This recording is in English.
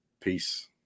peace